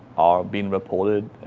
are being reported.